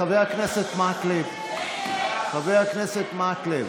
חבר הכנסת מקלב, חבר הכנסת מקלב.